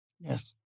Yes